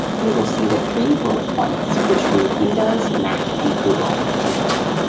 you will see the three bullet points which read windows, mac, and google in bullet.